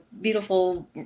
beautiful